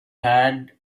had